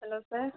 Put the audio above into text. hello sir